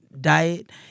diet